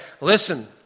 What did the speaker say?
Listen